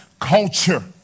culture